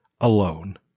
alone